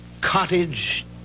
cottage